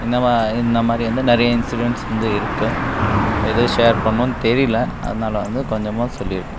இந்தமா இந்த மாதிரி வந்து நிறைய இன்சிடென்ட்ஸ் வந்து இருக்குது எது ஷேர் பண்ணணும் தெரியல அதனால் வந்து கொஞ்சமாக சொல்லியிருக்கேன்